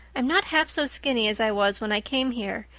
i'm not half so skinny as i was when i came here,